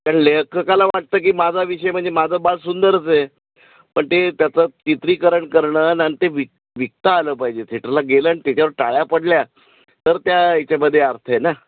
त्या लेखकाला वाटतं की माझा विषय म्हणजे माझं बाळ सुंदरचं आहे पण ते त्याचं चित्रीकरण करणं अन ते विक विकता आलं पाहिजे थियटरला गेलं अन तेच्यावर टाळ्या पडल्या तर त्या याच्यामध्ये अर्थ आहे ना